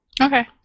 okay